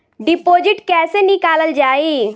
Deposit कैसे निकालल जाइ?